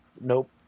Nope